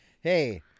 Hey